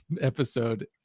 episode